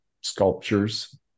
sculptures